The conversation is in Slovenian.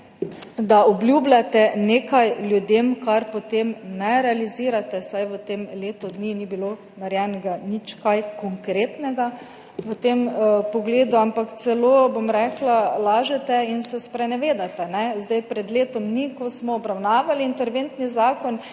da obljubljate nekaj ljudem, česar potem ne realizirate, vsaj v tem letu dni ni bilo narejenega nič kaj konkretnega v tem pogledu, ampak celo, bom rekla, lažete in se sprenevedate. Pred letom dni, ko smo obravnavali interventni zakon,